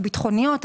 הביטחוניות,